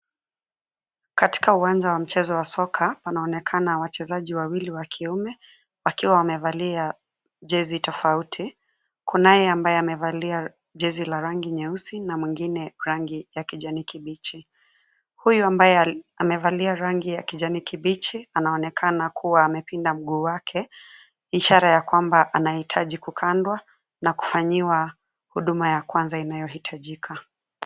Katika uwanja wa mchezo wa soka, wanaonekana wachezaji wawili wa kiume, wakiwa wamevalia jezi tofauti. Kunaye ambaye amevalia jezi la rangi nyeusi na mwingine rangi ya kijani kibichi. Huyo ambaye amevalia rangi ya kijani kibichi anaonekana kuwa amepinda mguu wake, ishara ya kwamba anahitaji kukandwa na kufanyiwa huduma ya kwanza inayohitajika.